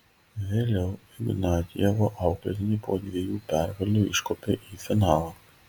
vėliau ignatjevo auklėtiniai po dviejų pergalių iškopė į finalą